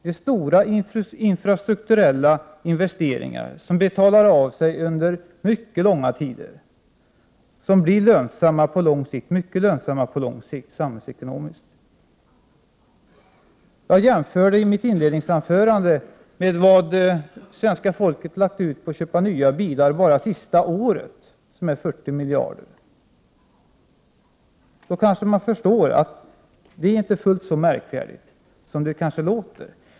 Det är fråga om stora infrastrukturella investeringar som betalar av sig och blir samhällsekonomiskt lönsamma på lång sikt. I mitt inledningsanförande jämförde jag detta med vad svenska folket lagt ut på att köpa nya bilar bara under det senaste året, alltså 40 miljarder kronor. Då kanske man kan förstå att 65 miljarder kronor inte är så mycket som det låter.